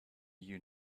you